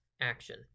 action